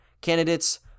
candidates